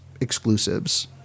exclusives